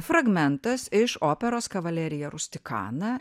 fragmentas iš operos kavalerija rustikana